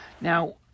Now